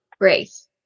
grace